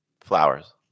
Flowers